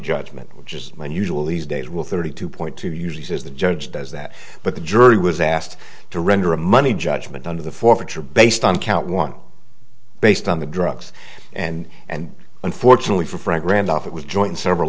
judgment which is unusual these days will thirty two point two usually says the judge does that but the jury was asked to render a money judgment under the forfeiture based on count one based on the drugs and and unfortunately for frank randolph it was joint several